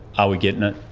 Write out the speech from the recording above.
are we getting it?